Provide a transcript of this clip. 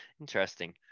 Interesting